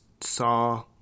saw